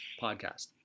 podcast